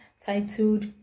titled